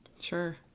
Sure